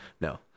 no